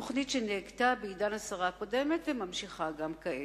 תוכנית שנהגתה בעידן השרה הקודמת וממשיכה גם כעת.